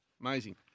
Amazing